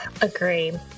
Agree